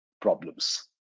problems